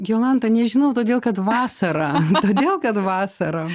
jolanta nežinau todėl kad vasara todėl kad vasara